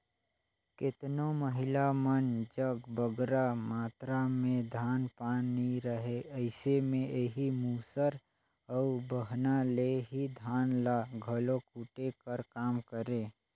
केतनो महिला मन जग बगरा मातरा में धान पान नी रहें अइसे में एही मूसर अउ बहना ले ही धान ल घलो कूटे कर काम करें